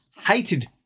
hated